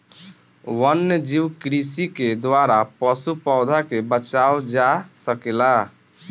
वन्यजीव कृषि के द्वारा पशु, पौधा के बचावल जा सकेला